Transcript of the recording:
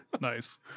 Nice